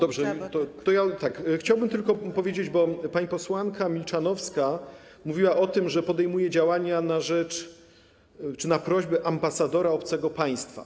Dobrze, tak, to chciałbym tylko powiedzieć, że pani posłanka Milczanowska mówiła o tym, że podejmuję działania na rzecz czy na prośbę ambasadora obcego państwa.